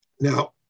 Now